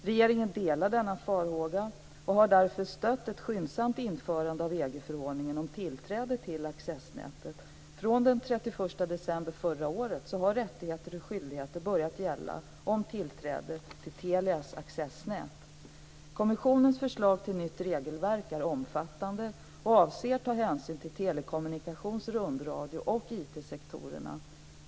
Regeringen delar denna farhåga och har därför stött ett skyndsamt införande av EG-förordningen om tillträde till accessnätet. Från den 31 december förra året har rättigheter och skyldigheter börjat gälla om tillträde till Telias accessnät. Kommissionens förslag till nytt regelverk är omfattande och avser ta hänsyn till telekommunikations-, rundradio och IT-sektorerna.